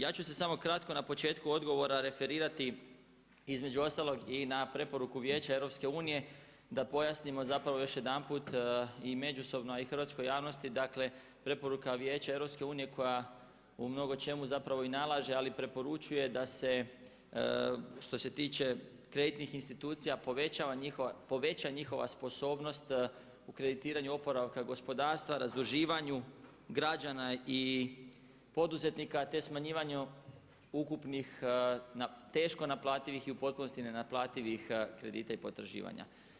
Ja ću se samo kratko na početku odgovora referirati između ostalog i na preporuku Vijeća EU da pojasnim još jedanput i međusobno a i hrvatskoj javnosti, dakle preporuka Vijeća EU koja u mnogo čemu i nalaže ali i preporučuje da se što se tiče kreditnih institucija poveća njihova sposobnost u kreditiranju oporavka gospodarstva, razduživanju građana i poduzetnika, te smanjivanju ukupnih teško naplativih i u potpunosti nenaplativih kredita i potraživanja.